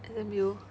S_M_U